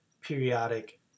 periodic